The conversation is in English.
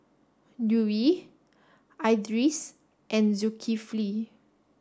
Dewi Idris and Zulkifli